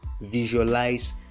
visualize